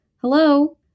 Hello